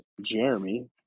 Jeremy